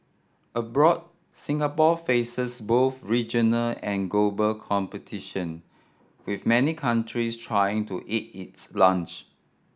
abroad Singapore faces both regional and global competition with many countries trying to eat its lunch